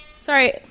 Sorry